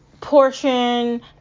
portion